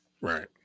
Right